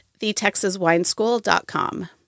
thetexaswineschool.com